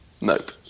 nope